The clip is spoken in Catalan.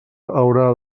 haurà